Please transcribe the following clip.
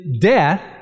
death